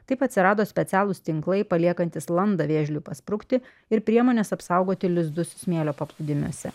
taip atsirado specialūs tinklai paliekantys landą vėžliui pasprukti ir priemonės apsaugoti lizdus smėlio paplūdimiuose